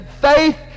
faith